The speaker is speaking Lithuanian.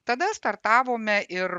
tada startavome ir